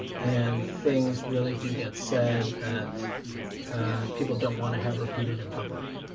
and things really do get said that people don't want to have repeated in public,